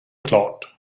klart